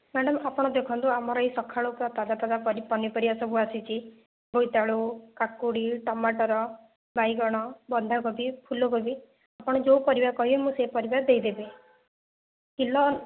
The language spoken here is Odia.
ମ୍ୟାଡ଼ାମ ଆପଣ ଦେଖନ୍ତୁ ଆମର ଏଇ ସକାଳୁ ପୁରା ତାଜା ତାଜା ପରି ପନିପରିବା ସବୁ ଆସିଛି ବୋଇତାଳୁ କାକୁଡ଼ି ଟମାଟର ବାଇଗଣ ବନ୍ଧାକୋବି ଫୁଲକୋବି ଆପଣ ଯେଉଁ ପରିବା କହିବେ ମୁଁ ସେଇ ପରିବା ଦେଇଦେବି କିଲୋ